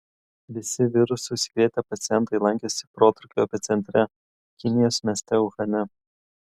visi virusu užsikrėtę pacientai lankėsi protrūkio epicentre kinijos mieste uhane